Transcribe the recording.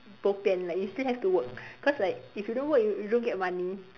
bo pian like you still have to work cause like if you don't work you you don't get money